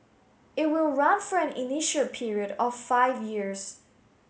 it will run for an initial period of five years